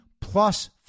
plus